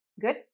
Good